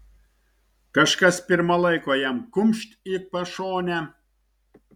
kažkas pirma laiko jam kumšt į pašonę